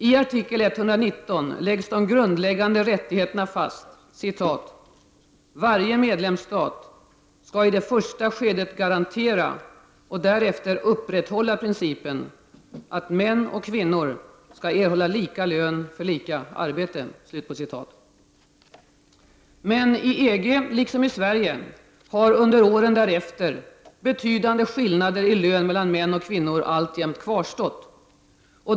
I artikel 119 läggs de grundläggande rättigheterna fast: ”Varje medlemsstat skall i det första skedet garantera och därefter upprätthålla principen, att män och kvinnor skall erhålla lika lön för lika arbete.” Men inom EG liksom i Sverige har under åren därefter betydande skillnader i lön mellan män och kvinnor alltjämt kvarstått.